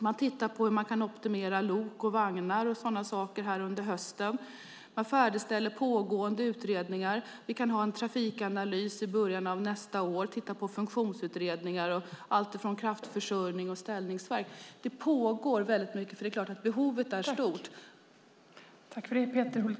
Man tittar på hur man kan optimera lok och vagnkapacitet och sådana saker. Man färdigställer pågående utredningar. Vi kan få en trafikanalys i början av nästa år, vi kan titta på funktionsutredningar och alltifrån kraftförsörjning och ställningsverk. Det pågår väldigt mycket, för behovet är stort.